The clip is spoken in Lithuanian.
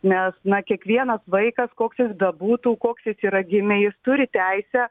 nes na kiekvienas vaikas koks jis bebūtų koks jis yra gimė jis turi teisę